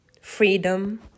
freedom